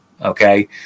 Okay